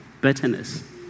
bitterness